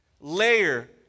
Layer